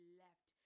left